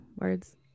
words